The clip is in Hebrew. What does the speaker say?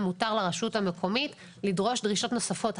מותר לרשות המקומית לדרוש דרישות נוספות.